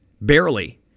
Barely